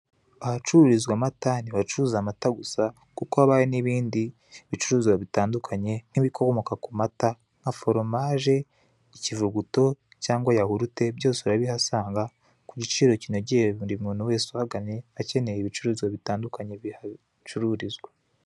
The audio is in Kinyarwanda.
Ahacururizwa amata ntihacuruzwa amata gusa kuko haba hari n'ibindi bicuruzwa bitandukanye nk'ibikomoka ku mata nka foromaje, ikivuguto cyangwa yahurute byose urabihasanga ku giciro kinogeye buri muntu wese uhagannye akeneye ibicuruzwa bitandukanye bihacururizwa.